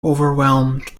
overwhelmed